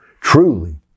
Truly